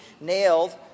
nailed